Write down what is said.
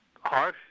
harsh